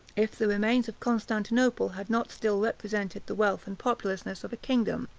if the remains of constantinople had not still represented the wealth and populousness of a kingdom.